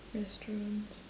restaurants